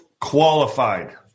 qualified